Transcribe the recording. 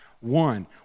One